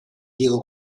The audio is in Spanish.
diego